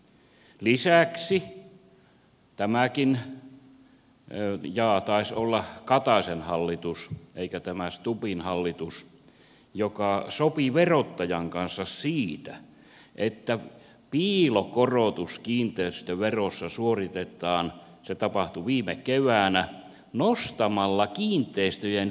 lisäksi tämäkin hallitus jaa taisi olla kataisen hallitus eikä tämä stubbin hallitus sopi verottajan kanssa siitä että piilokorotus kiinteistöverossa suoritetaan se tapahtui viime keväänä nostamalla kiinteistöjen verotusarvoja